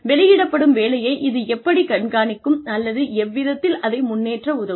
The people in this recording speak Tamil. வெளியிடப்படும் வேலையை இது எப்படிக் கண்காணிக்கும் அல்லது எவ்விதத்தில் அதை முன்னேற்ற உதவும்